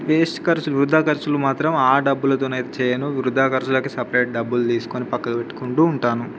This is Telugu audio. వేస్ట్ ఖర్చులు వృధా ఖర్చులు మాత్రం ఆ డబ్బులతో అయితే చేయను వృధా ఖర్చులకి సపరేట్ డబ్బులు తీసుకుని పక్కకు పెట్టుకుంటు ఉంటాను